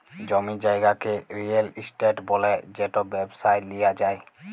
জমি জায়গাকে real estate ব্যলে যেট ব্যবসায় লিয়া যায়